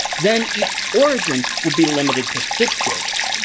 then each origin would be limited to six gigs.